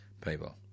people